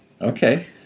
Okay